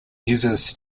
uses